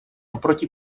oproti